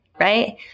right